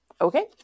Okay